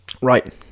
right